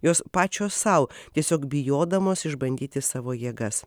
jos pačios sau tiesiog bijodamos išbandyti savo jėgas